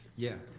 yeah,